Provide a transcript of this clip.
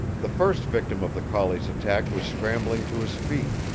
the first victim of the collie's attack was scrambling to his feet.